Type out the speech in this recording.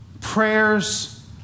prayers